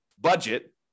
budget